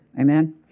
Amen